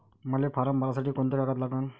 मले फारम भरासाठी कोंते कागद लागन?